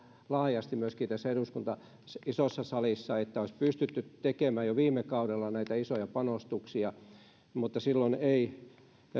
laajasti myöskin tässä eduskunnan isossa salissa että olisi pystytty tekemään jo viime kaudella näitä isoja panostuksia mutta silloin ei